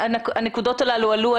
הנקודות הללו עלו.